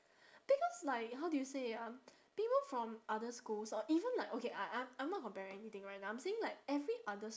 because like how do you say it um people from other schools or even like okay I I I'm not comparing anything right now I'm saying like every other